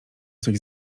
coś